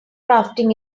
rafting